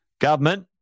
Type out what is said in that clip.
government